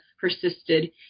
persisted